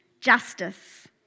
justice